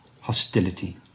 hostility